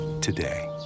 today